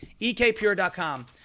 EKpure.com